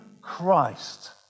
Christ